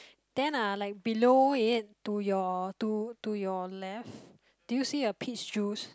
then uh like below it to your to to your left do you see a peach juice